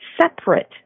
separate